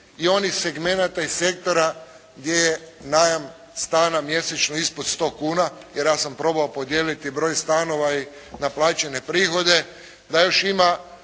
i onih segmenata i sektora gdje je najam stana mjesečno ispod 100 kuna, jer ja sam probao podijeliti broj stanova i naplaćene prihode, da još ima